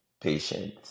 patient